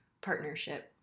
partnership